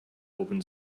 open